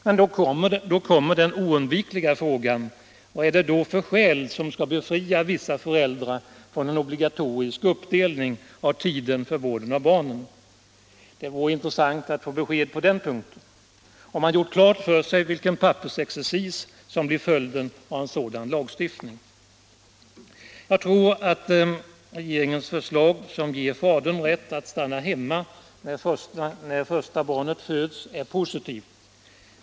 Men här blir den oundvikliga frågan: Vad är det då för skäl som skall befria vissa föräldrar från en obligatorisk uppdelning av tiden för vården av barnen? Det vore intressant att få besked på den punkten. Har man gjort klart för sig vilken pappersexercis som blir följden av en sådan lagstiftning? Jag tror att regeringens förslag, som ger fadern rätt att stanna hemma redan när första barnet föds, är positivt.